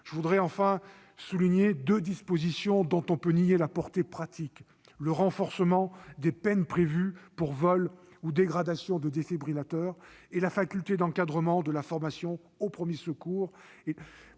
je veux souligner deux dispositions dont on ne peut nier la portée pratique : le renforcement des peines prévues en cas de vol ou de dégradation de défibrillateur et la faculté d'encadrement de la formation aux premiers secours,